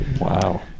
Wow